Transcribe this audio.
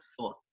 thought